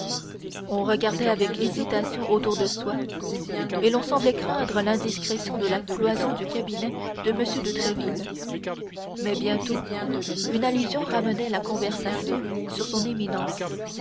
on regardait avec hésitation autour de soi et l'on semblait craindre l'indiscrétion de la cloison du cabinet de m de tréville mais bientôt une allusion ramenait la conversation sur son éminence